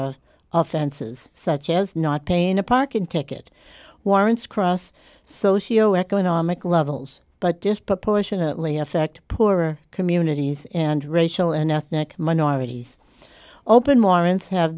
offenses such as not paying a parking ticket warrants cross socio economic levels but disproportionately affect poorer communities and racial and ethnic minorities open warrants have